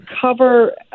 cover